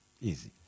easy